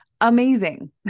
amazing